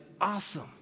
awesome